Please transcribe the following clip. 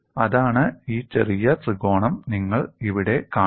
അതാണ് ഈ ചെറിയ ത്രികോണം നിങ്ങൾ ഇവിടെ കാണുന്നത്